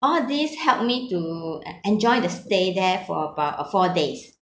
all these helped me to uh enjoy the stay there for about uh four days